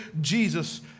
Jesus